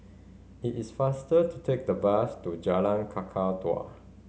it is faster to take the bus to Jalan Kakatua